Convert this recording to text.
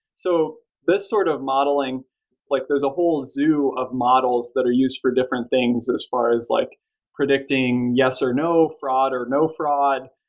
so this sort of modeling like there's a whole zoo models that are used for different things as far as like predicting yes or no, fraud or no fraud,